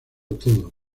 todo